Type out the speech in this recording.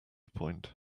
point